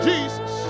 Jesus